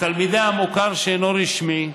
בתלמידי המוכר שאינו רשמי,